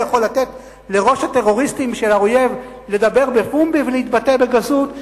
הוא יכול לתת לראש הטרוריסטים של האויב לדבר בפומבי ולהתבטא בגסות,